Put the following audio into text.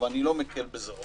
אני רק מזכירה את הסגר